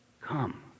Come